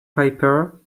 piper